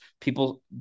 People